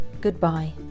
Goodbye